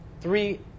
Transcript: three